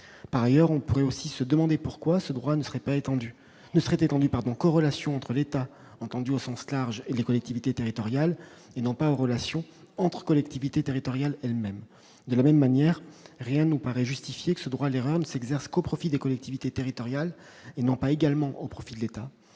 Par ailleurs, on pourrait aussi se demander pourquoi ce droit ne serait étendu qu'aux relations entre l'État, entendu au sens large, et les collectivités territoriales, et pas aux relations entre collectivités territoriales elles-mêmes. De la même manière, rien ne nous paraît justifier que ce droit à l'erreur ne s'exerce qu'au profit des collectivités territoriales, et non pas également à celui de l'État.